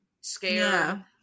scare